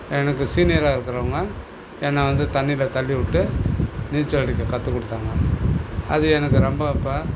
எனக்கு சீனியராக இருக்கிறவங்க என்னை வந்து தண்ணியில் தள்ளிவிட்டு நீச்சல் அடிக்க கற்றுக் கொடுத்தாங்க அது எனக்கு ரொம்ப இப்போ